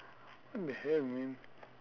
what the hell man